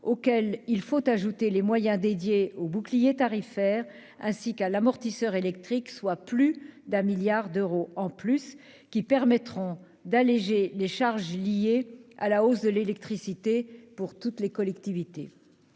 ajouter à ce montant les moyens dédiés au bouclier tarifaire, ainsi qu'à « l'amortisseur électricité », soit plus de 1 milliard d'euros, qui conduiront à alléger les charges liées à la hausse de l'électricité pour toutes les collectivités.